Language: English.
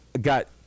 got